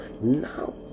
Now